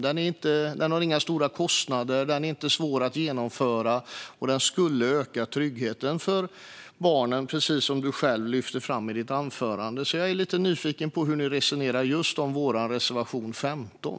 Det innebär inte några stora kostnader, det är inte svårt att genomföra och det skulle öka tryggheten för barnen, precis som du själv lyfte fram i ditt anförande. Jag är därför lite nyfiken på hur ni resonerar om vår reservation 15.